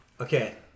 okay